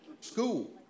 School